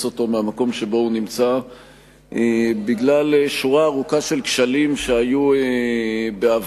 אותו מהמקום שבו הוא נמצא בגלל שורה ארוכה של כשלים שהיו בעבר,